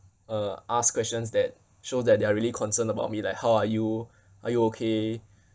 uh ask questions that show that they are really concerned about me like how are you are you okay